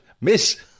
Miss